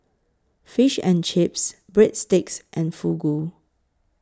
Fish and Chips Breadsticks and Fugu